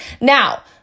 Now